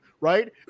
right